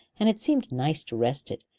and it seemed nice to rest it,